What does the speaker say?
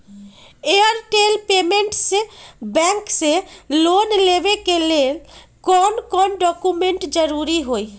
Airtel payments bank से loan लेवे के ले कौन कौन डॉक्यूमेंट जरुरी होइ?